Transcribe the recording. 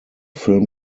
film